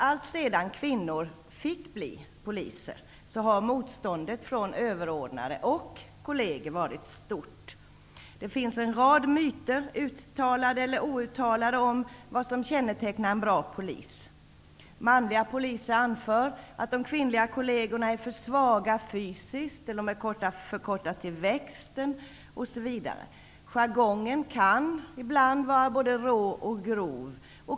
Alltsedan kvinnor fick bli poliser har motståndet från överordnade och kolleger varit stort. Det finns en rad -- uttalade eller outtalade -- myter om vad som kännetecknar en bra polis. Manliga poliser anför att de kvinnliga kollegerna är för svaga fysiskt eller att de är för korta till växten, osv. Jargongen kan ibland vara både rå och grov.